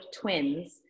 twins